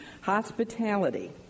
hospitality